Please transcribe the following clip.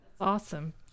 awesome